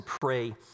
pray